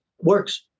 works